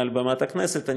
מעל במת הכנסת.